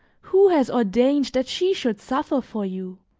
who has ordained that she should suffer for you?